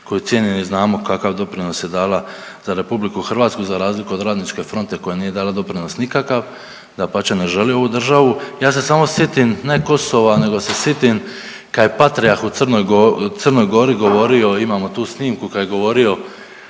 koju cijenim jer znamo kakav doprinos je dala za RH za razliku od Radničke fronte koja nije dala doprinos nikakav, dapače ne želi ovu državu, ja se samo sjetim ne Kosova nego se sjetim kad je patrijah u Crnoj Gori govorio, imamo tu snimku, kad je govorio